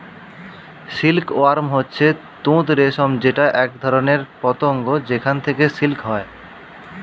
silk worm হচ্ছে তুত রেশম যেটা একধরনের পতঙ্গ যেখান থেকে সিল্ক হয়